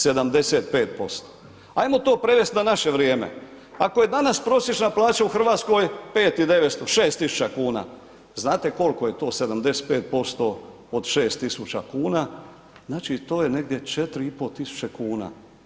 Ajmo to prevesti na naše vrijeme, ako je danas prosječna plaća u Hrvatskoj 5900, 6000 kuna, znate koliko je to 75% od 6 tisuća kuna, znači to je negdje 4,5 tisuće kuna.